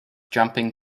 jumping